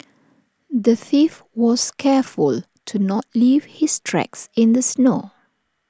the thief was careful to not leave his tracks in the snow